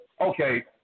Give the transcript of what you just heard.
okay